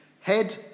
head